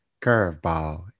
Curveball